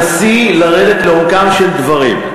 תנסי לרדת לעומקם של דברים.